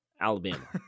Alabama